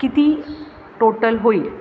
किती टोटल होईल